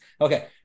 okay